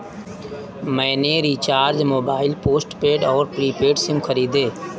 मैंने recharge mobile postpaid और prepaid SIM खरीदे